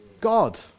God